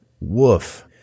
woof